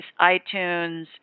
iTunes